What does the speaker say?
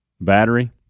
battery